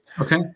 okay